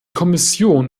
kommission